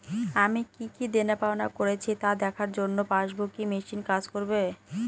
আমি কি কি দেনাপাওনা করেছি তা দেখার জন্য পাসবুক ই মেশিন কাজ করবে?